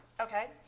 Okay